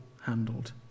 handled